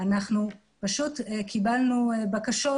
אנחנו פשוט קיבלנו בקשות,